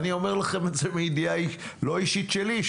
אני אומר לכם את זה מידיעה לא אישית שלי,